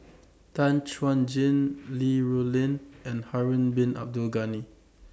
Tan Chuan Jin Li Rulin and Harun Bin Abdul Ghani